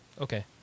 Okay